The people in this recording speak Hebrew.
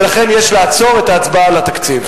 ולכן יש לעצור את ההצבעה על התקציב.